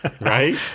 right